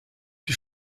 die